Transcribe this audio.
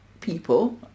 people